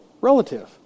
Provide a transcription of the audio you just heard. relative